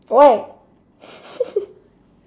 why